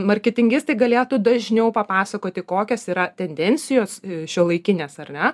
marketingistai galėtų dažniau papasakoti kokios yra tendencijos šiuolaikinės ar ne